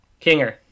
Kinger